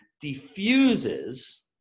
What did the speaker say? diffuses